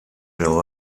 zullen